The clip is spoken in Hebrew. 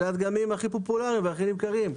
אלה הדגמים הכי פופולריים והכי נמכרים,